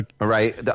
right